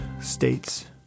states